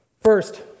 First